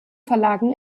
verlagen